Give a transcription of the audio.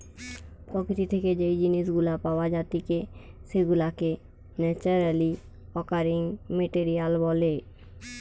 প্রকৃতি থেকে যেই জিনিস গুলা পাওয়া জাতিকে সেগুলাকে ন্যাচারালি অকারিং মেটেরিয়াল বলে